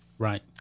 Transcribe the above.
Right